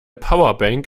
powerbank